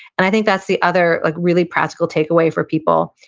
and i think that's the other like really practical takeaway for people,